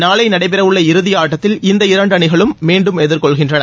நாளை நடைபெறவுள்ள இறுதியாட்டத்தில் இந்த இரண்டு அணிகளும் மீண்டும் எதிர்கொள்கின்றன